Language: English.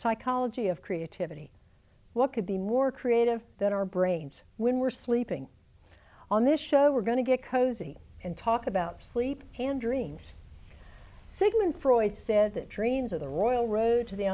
psychology of creativity what could be more creative than our brains when we're sleeping on this show we're going to get cozy and talk about sleep and dreams sigmund freud said that dreams are the royal road to the